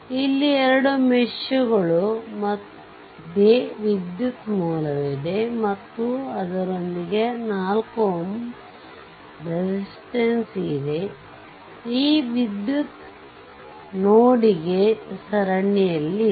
ಇಲ್ಲಿ 2 ಮೆಶ್ಗಳು ಮದ್ಯೆ ವಿದ್ಯುತ್ ಮೂಲವಿದೆ ಮತ್ತು ಅದರೊಂದಿಗೆ 4 Ω ಪ್ರತಿರೋಧವೂ ಇದೆ ಈ ವಿದ್ಯುತ್ನೋಡಿಗೆ ಸರಣಿಯಲ್ಲಿದೆ